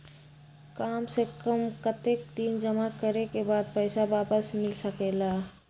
काम से कम कतेक दिन जमा करें के बाद पैसा वापस मिल सकेला?